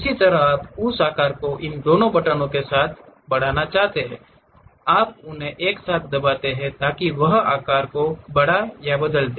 इसी तरह आप उस आकार को इन दो बटनों को एक साथ बढ़ाना चाहते हैं आप उन्हें एक साथ दबाते हैं ताकि वह आकार को बड़ा या बदल दे